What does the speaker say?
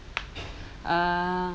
uh